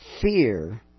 fear